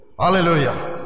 Hallelujah